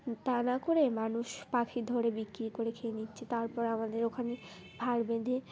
তা না করে মানুষ পাখি ধরে বিক্রি করে খেয়ে নিচ্ছে তারপর আমাদের ওখানে ভাড় বেঁধে